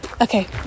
Okay